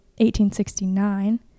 1869